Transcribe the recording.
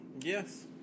Yes